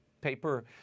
paper